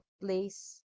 place